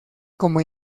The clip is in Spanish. como